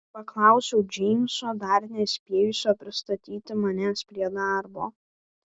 paklausiau džeimso dar nespėjusio pristatyti manęs prie darbo